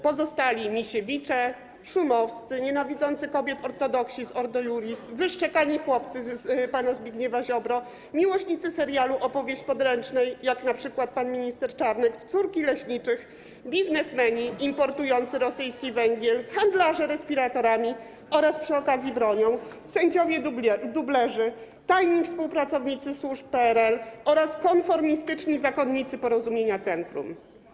Pozostali Misiewicze, Szumowscy, nienawidzący kobiet ortodoksi z Ordo Iuris, wyszczekani chłopcy pana Zbigniewa Ziobry, miłośnicy serialu „Opowieść podręcznej”, jak np. pan minister Czarnek, córki leśniczych, biznesmeni importujący rosyjski węgiel, handlarze respiratorami oraz przy okazji bronią, sędziowie dublerzy, tajni współpracownicy służb PRL oraz konformistyczni zakonnicy Porozumienia Centrum.